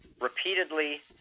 repeatedly